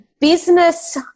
business